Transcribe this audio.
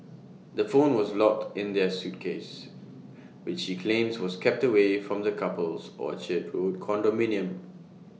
the phone was locked in her suitcase which she claims was kept away from the couple's Orchard road condominium